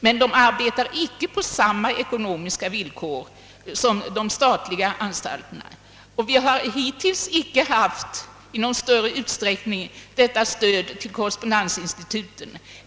Men de arbetar inte på samma ekonomiska villkor som de statliga anstalterna, och vi har hittills inte i någon större utsträckning stött korrespondensinstituten.